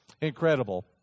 Incredible